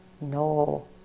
no